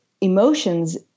emotions